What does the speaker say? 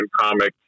comic